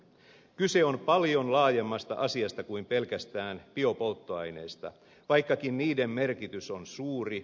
kyse on paljon laajemmasta asiasta kuin pelkästään biopolttoaineista vaikkakin niiden merkitys on suuri